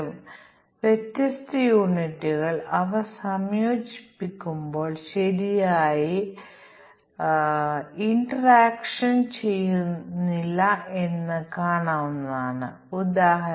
ഞങ്ങൾ പരീക്ഷിക്കുന്ന സിസ്റ്റം സംസ്ഥാന സ്വതന്ത്രമാണ് തുടർന്ന് മൂല്യങ്ങളുടെ സംയോജനത്തെ ആശ്രയിച്ച് സോഫ്റ്റ്വെയറിൽ ബഗുകൾ ഉണ്ടാകാം